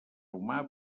humà